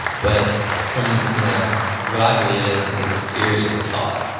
but from yeah what i believe in is fear is just a thought.